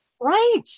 Right